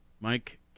Mike